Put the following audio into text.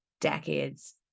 decades